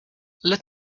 let